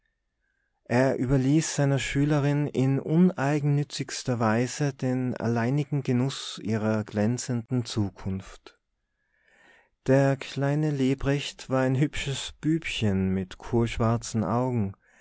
er überließ seiner schülerin in uneigennützigster weise den alleinigen genuß ihrer glänzenden zukunft der kleine lebrecht war ein hübsches bübchen mit kohlschwarzen augen